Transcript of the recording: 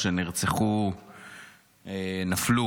או שנה אחרי החורבן שהם חוו,